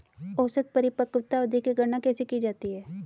औसत परिपक्वता अवधि की गणना कैसे की जाती है?